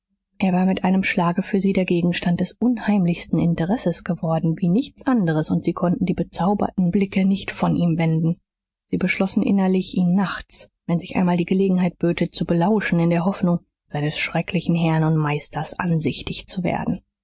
er war mit einem schlage für sie der gegenstand des unheimlichsten interesses geworden wie nichts anderes und sie konnten die bezauberten blicke nicht von ihm wenden sie beschlossen innerlich ihn nachts wenn sich einmal die gelegenheit böte zu belauern in der hoffnung seines schrecklichen herrn und meisters ansichtig zu werden